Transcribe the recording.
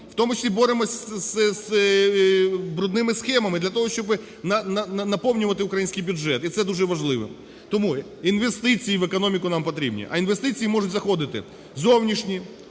в тому числі боремось з брудними схемами, для того щоб наповнювати український бюджет. І це дуже важливо. Тому інвестиції в економіку нам потрібні. А інвестиції можуть заходити зовнішні,